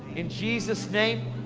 in jesus name,